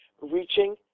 reaching